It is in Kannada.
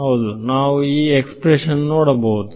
ಹೌದು ನಾವು ಈ ಎಕ್ಸ್ಪ್ರೆಶನ್ ನೋಡಬಹುದು